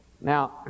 Now